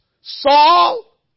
Saul